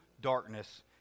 darkness